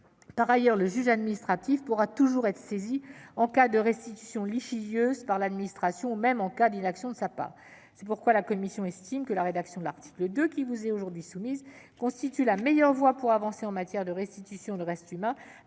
Par ailleurs, le juge administratif peut toujours être saisi en cas de restitution litigieuse par l'administration, ou même en cas d'inaction de sa part. C'est pourquoi la commission estime que la rédaction de l'article 2, telle qu'elle vous est soumise, constitue la meilleure voie pour avancer en matière de restitution de restes humains,